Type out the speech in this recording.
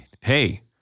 Hey